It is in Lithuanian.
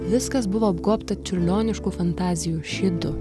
viskas buvo apgobta čiurlioniškų fantazijų šydu